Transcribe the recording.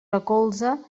recolza